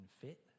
fit